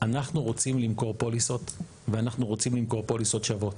אנחנו רוצים למכור פוליסות ואנחנו רוצים למכור פוליסות שוות.